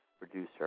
producer